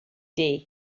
day